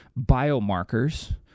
biomarkers